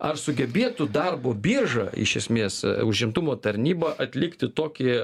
ar sugebėtų darbo birža iš esmės užimtumo tarnyba atlikti tokį